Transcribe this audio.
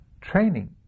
training